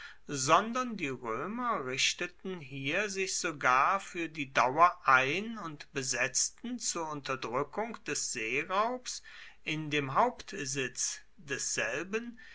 sondern die römer richteten hier sich sogar für die dauer ein und besetzten zur unterdrückung des seeraubs in dem hauptsitz desselben